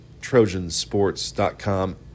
Trojansports.com